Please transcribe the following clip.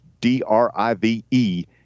D-R-I-V-E